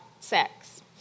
sex